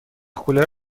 کولر